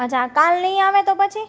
અચ્છા કાલે નહીં આવે તો પછી